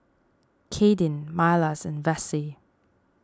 Kadyn Milas and Vassie